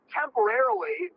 temporarily